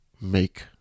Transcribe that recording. make